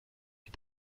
die